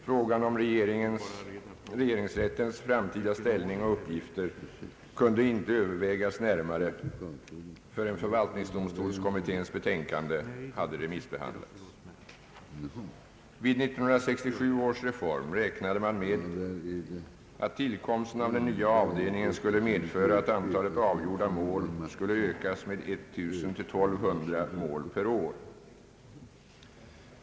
Frågan om regeringsrättens: framtida ställning och uppgifter kunde inte övervägas närmare förrän förvaltningsdomstolskommitténs betänkande hade remissbehandlats. Vid 1967 års reform räknade man med att tillkomsten av den nya avdelningen skulle medföra att antalet avgjorda mål skulle ökas med 1 000— 1200 mål per år.